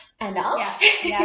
enough